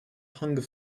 hunger